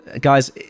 guys